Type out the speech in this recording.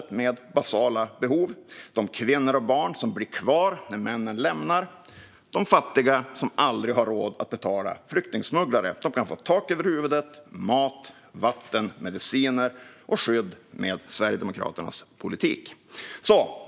Det handlar om basala behov: De kvinnor och barn som blir kvar när männen lämnar och de fattiga som aldrig har råd att betala flyktingsmugglare kan få tak över huvudet, mat, vatten, mediciner och skydd med Sverigedemokraternas politik.